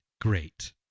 Great